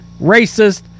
racist